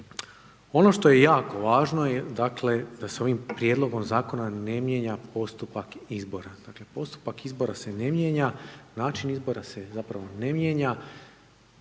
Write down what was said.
Ono što je jako važno dakle je da se ovim prijedlogom zakona ne mijenja postupak izbora, dakle postupak izbora se ne mijenja, način izbora se zapravo ne mijenja,